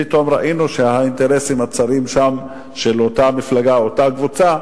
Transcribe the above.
פתאום ראינו שהאינטרסים הצרים שם של אותה מפלגה או אותה קבוצה,